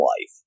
life